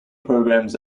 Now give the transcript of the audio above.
programmes